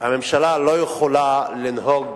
שהממשלה לא יכולה לנהוג